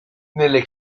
nelle